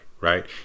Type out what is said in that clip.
right